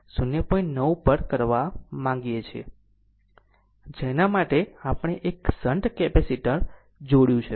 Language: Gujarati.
9 પર કરવા માગીએ છીએ જેના માટે આપણે એક શંટ કેપેસિટર જોડ્યું છે